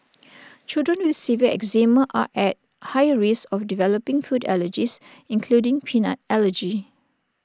children with severe eczema are at higher risk of developing food allergies including peanut allergy